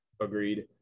Agreed